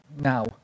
now